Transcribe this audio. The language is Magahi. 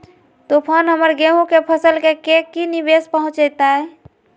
तूफान हमर गेंहू के फसल के की निवेस पहुचैताय?